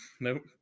Nope